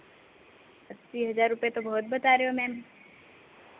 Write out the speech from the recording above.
अस्सी हज़ार रुपये तो बहुत बता रहे हो मैम